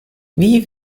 wie